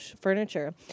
furniture